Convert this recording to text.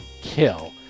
kill